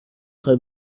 خوای